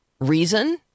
reason